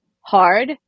hard